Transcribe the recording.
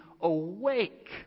awake